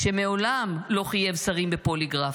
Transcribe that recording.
שמעולם לא חייב שרים בפוליגרף.